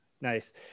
Nice